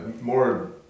more